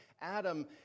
Adam